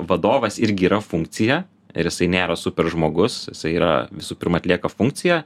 vadovas irgi yra funkcija ir jisai nėra super žmogus yra visų pirma atlieka funkciją